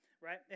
right